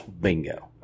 Bingo